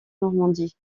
normandie